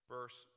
Verse